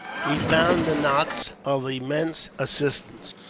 he found the knots of immense assistance,